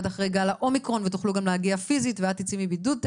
אחרי גל האומיקרון ותוכלו גם להגיע פיזית ואת תצאי מבידוד,